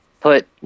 put